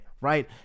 right